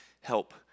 help